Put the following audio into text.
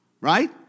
Right